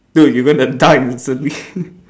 dude you're gonna die instantly